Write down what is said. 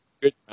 Good